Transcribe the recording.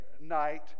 night